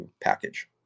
package